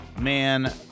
Man